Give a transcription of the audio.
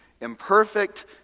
imperfect